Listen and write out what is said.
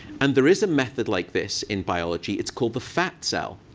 and there is a method like this in biology. it's called the fat cell.